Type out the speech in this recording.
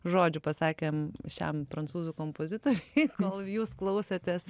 žodžių pasakėm šiam prancūzų kompozitoriui kol jūs klausėtės